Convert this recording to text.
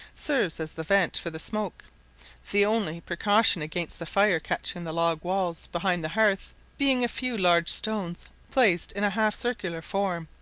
serves as the vent for the smoke the only precaution against the fire catching the log walls behind the hearth being a few large stones placed in a half circular form,